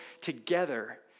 together